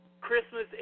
Christmas